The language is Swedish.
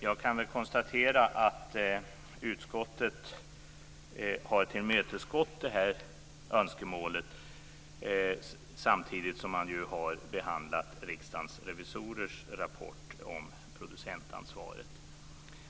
Jag kan konstatera att utskottet har tillmötesgått detta önskemål, samtidigt som man ju har behandlat Riksdagens revisorers rapport om producentansvaret.